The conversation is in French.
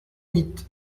huit